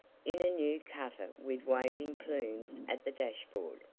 in a new cutter with waving plumes at the dashboard,